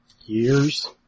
years